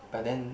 but then